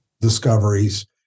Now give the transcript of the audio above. discoveries